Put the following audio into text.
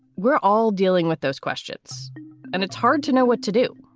we're all dealing with those questions and it's hard to know what to do.